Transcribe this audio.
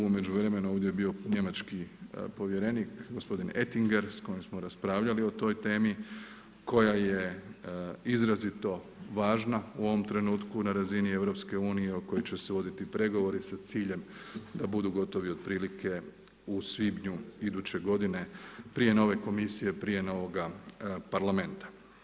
U međuvremenu ovdje je bio njemački povjerenik gospodin Ettinger sa kojim smo raspravljali o toj temi koja je izrazito važna u ovom trenutku na razini EU, o kojoj će se voditi pregovori sa ciljem da budu gotovi otprilike u svibnju iduće godine prije nove komisije, prije novoga parlamenta.